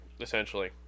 essentially